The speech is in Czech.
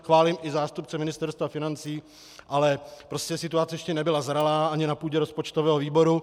Chválím i zástupce Ministerstva financí, ale prostě situace ještě nebyla zralá ani na půdě rozpočtového výboru.